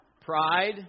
Pride